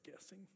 guessing